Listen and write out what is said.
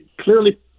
clearly